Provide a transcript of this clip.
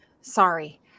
sorry